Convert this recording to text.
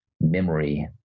memory